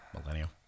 Millennial